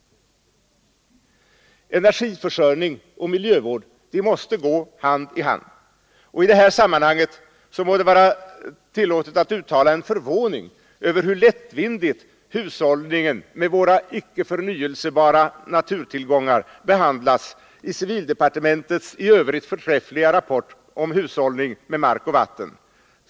Energiförsörjning och miljövård måste gå hand i hand. I detta sammanhang må det vara tillåtet att uttala en förvåning över hur lättvindigt hushållningen med våra icke förnybara naturtillgångar behandlas i civildepartementets i övrigt förträffliga rapport om hushållning med mark och vatten.